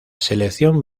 selección